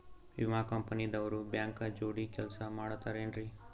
ವಿಮಾ ಕಂಪನಿ ದವ್ರು ಬ್ಯಾಂಕ ಜೋಡಿ ಕೆಲ್ಸ ಮಾಡತಾರೆನ್ರಿ?